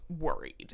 worried